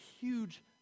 huge